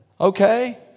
okay